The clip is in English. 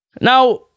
now